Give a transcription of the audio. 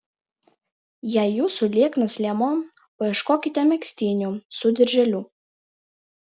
jei jūsų lieknas liemuo paieškokite megztinių su dirželiu